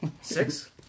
Six